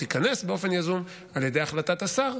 או תיכנס באופן יזום על ידי החלטת השר,